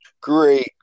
great